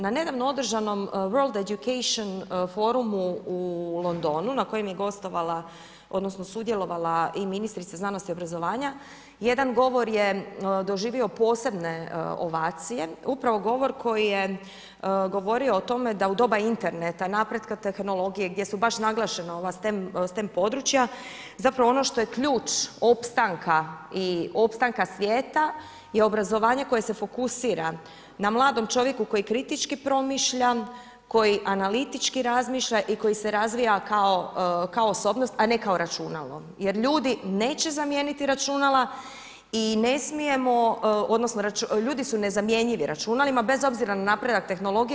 Na nedavno održanom World education forumu u Londonu na kojem je sudjelovala i ministrica znanosti i obrazovanja jedan govor je doživio posebne ovacije, upravo govor koji je govorio o tome da u doba interneta, napretka tehnologije gdje su baš naglašena ova STEM područja, ono što je ključ opstanka i opstanka svijeta je obrazovanje koje se fokusira na mladom čovjeku koji kritički promišlja, koji analitički razmišlja i koji se razvija kao osobnost, a ne kao računalo jer ljudi neće zamijeniti računala odnosno ljudi su nezamjenjivi računalima, bez obzira na napredak tehnologije.